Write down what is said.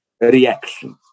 reaction